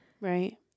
Right